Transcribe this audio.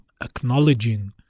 acknowledging